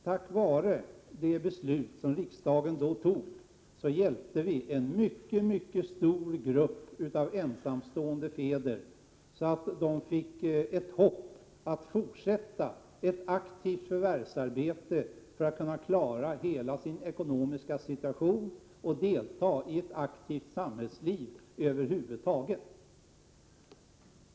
Tack vare det beslut som riksdagen då fattade fick en mycket stor del av de ensamstående fäderna hopp om att kunna fortsätta ett aktivt förvärvsarbete för att kunna klara hela sin ekonomiska situation och hopp om att kunna delta i ett aktivt samhällsliv över huvud taget.